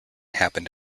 happened